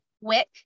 wick